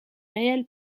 réel